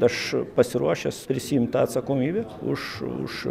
aš pasiruošęs prisiimt tą atsakomybę už už